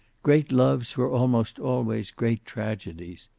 great loves were almost always great tragedies.